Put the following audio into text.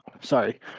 sorry